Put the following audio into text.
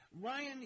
Ryan